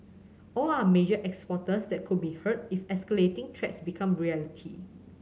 all are major exporters that could be hurt if escalating threats become reality